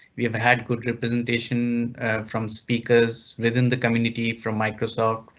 we have had good representation from speakers within the community from microsoft.